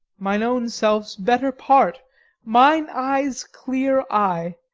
mine own self's better part mine eye's clear eye,